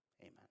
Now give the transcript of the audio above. Amen